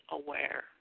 aware